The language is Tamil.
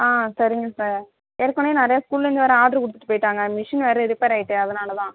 ஆ சரிங்க சார் ஏற்கனவே நிறையா ஸ்கூல்லேர்ந்து வேறு ஆர்டர் கொடுத்துட்டு போய்ட்டாங்க மிஷின் வேறு ரிப்பேர் ஆயிட்டு அதுனால தான்